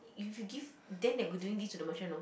you should give then you're doing this to the merchant know